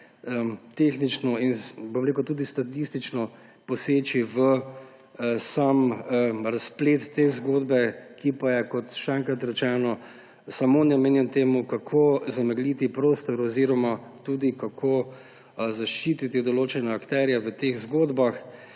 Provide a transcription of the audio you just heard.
tehnično in tudi statistično poseči v sam razplet te zgodbe, ki pa je, še enkrat rečeno, samo namenjen temu, kako zamegliti prostor oziroma tudi kako zaščititi določene akterje v teh zgodbah.